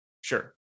Sure